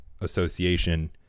association